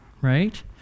right